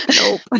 Nope